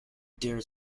dare